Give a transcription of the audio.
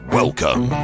welcome